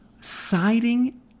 siding